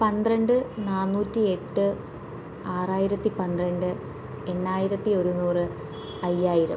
പന്ത്രണ്ട് നാനൂറ്റി എട്ട് ആറായിരത്തി പന്ത്രണ്ട് എണ്ണായിരത്തി ഒരുനൂറ് അയ്യായിരം